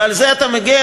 ועל זה אתה מגן?